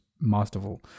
masterful